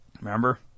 Remember